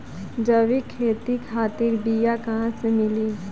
जैविक खेती खातिर बीया कहाँसे मिली?